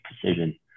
precision